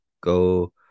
go